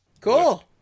Cool